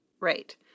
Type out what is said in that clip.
Right